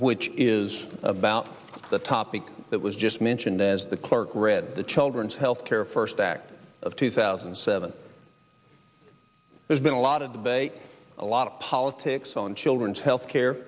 which is about the topic that was just mentioned as the clerk read the children's health care first act of two thousand and seven there's been a lot of debate a lot of politics on children's health care